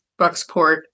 Bucksport